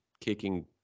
kicking